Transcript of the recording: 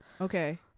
okay